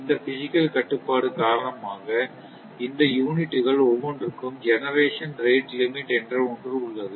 இந்த பிஸிக்கல் கட்டுப்பாடு காரணமாக இந்த யூனிட்டுகள் ஒவ்வொன்றுக்கும் ஜெனெரேஷன் ரேட் லிமிட் என்ற ஒன்று உள்ளது